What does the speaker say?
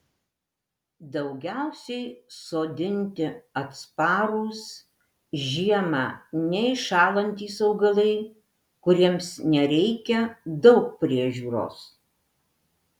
daugiausiai sodinti atsparūs žiemą neiššąlantys augalai kuriems nereikia daug priežiūros